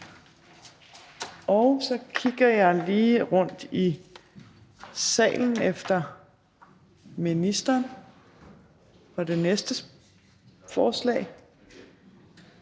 Jeg kigger lige rundt i salen efter ministeren på det næste forslag.